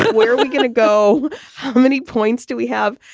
but what are we going to go? how many points do we have?